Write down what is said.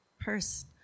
purse